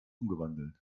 umgewandelt